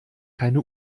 keine